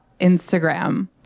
Instagram